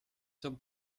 zum